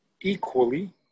equally